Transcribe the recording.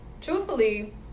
truthfully